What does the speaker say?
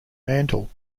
mantel